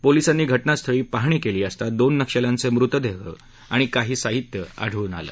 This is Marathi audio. पोलिसांनी घटनास्थळी पाहणी केली असता दोन नक्षल्यांचे मृतदेह आणि काही साहित्य आढळून आलं